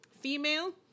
Female